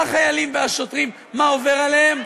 החיילים והשוטרים מה עובר עליהם?